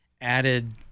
added